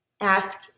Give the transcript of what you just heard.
Ask